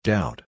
Doubt